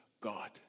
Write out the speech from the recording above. God